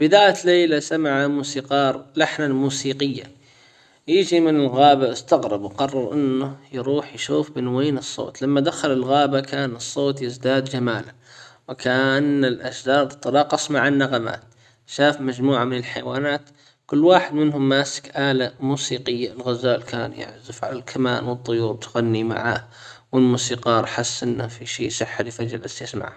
في ذات ليلة سمع موسيقار لحنا موسيقيا. يجي من الغابة استغرب وقرر انه يروح يشوف من وين الصوت لما دخل الغابة كان الصوت يزداد جمالًا وكأن الاشجار تتراقص مع النغمات شاف مجموعة من الحيوانات كل واحد منهم ماسك آلة موسيقي الغزال كان يعزف على الكمان والطيور تغني معاه والموسيقار حس انه في شي سحري فجلس يسمعه.